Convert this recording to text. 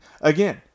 Again